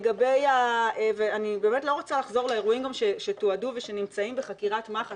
אני באמת לא רוצה לחזור לאירועים שתועדו ושנמצאים בחקירת מח"ש